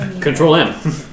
Control-M